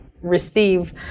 receive